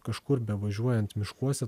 kažkur bevažiuojant miškuose